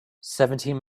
seventeen